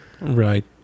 Right